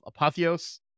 Apotheos